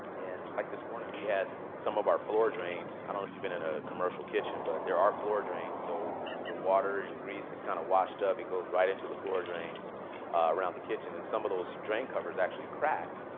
and like this morning, we had some of our floor drains i don't if you've been in a commercial kitchen. but there are floor drains so when water and grease is kind of washed up, it goes right into the floor drains around the kitchen. and some of those drain covers actually cracked.